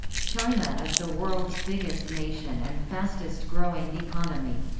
china is the world's biggest nation and fastest growing economy.